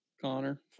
Connor